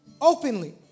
openly